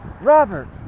Robert